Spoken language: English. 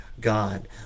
God